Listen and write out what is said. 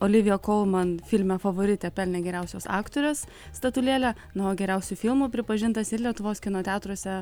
olivija kolman filme favoritė pelnė geriausios aktorės statulėlę na o geriausiu filmu pripažintas lietuvos kino teatruose